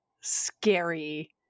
scary